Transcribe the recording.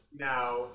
Now